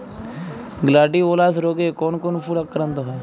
Gladiolus রোগে কোন কোন ফুল আক্রান্ত হয়?